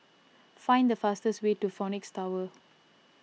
find the fastest way to Phoenix Tower